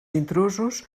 intrusos